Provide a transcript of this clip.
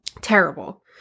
Terrible